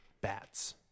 bats